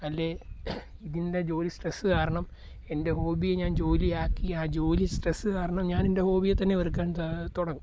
അല്ലെ ഇതിൻ്റെ ജോലി സ്ട്രെസ്സ് കാരണം എൻ്റെ ഹോബിയെ ഞാൻ ജോലിയാക്കി ആ ജോലി സ്ട്രെസ്സ് കാരണം ഞാൻ എൻ്റെ ഹോബിയെതന്നെ വെറുക്കാൻ താ തുടങ്ങും